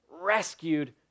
rescued